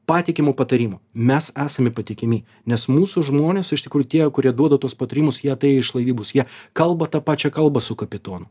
patikimo patarimo mes esame patikimi nes mūsų žmonės iš tikrųjų tie kurie duoda tuos patarimus jie atėję iš laivybos jie kalba ta pačia kalba su kapitonu